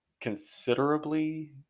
considerably